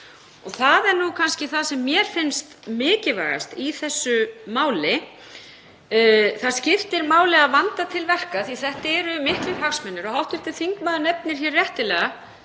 og það er kannski það sem mér finnst mikilvægast í þessu máli, það skiptir máli að vanda til verka því að þetta eru miklir hagsmunir. Hv. þingmaður nefnir hér réttilega